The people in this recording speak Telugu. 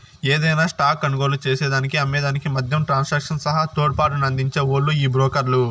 యాదైన స్టాక్ కొనుగోలు చేసేదానికి అమ్మే దానికి మద్యం ట్రాన్సాక్షన్ సహా తోడ్పాటునందించే ఓల్లు ఈ బ్రోకర్లు